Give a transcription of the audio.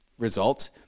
result